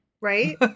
Right